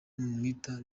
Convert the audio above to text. n’uwitwa